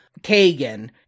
Kagan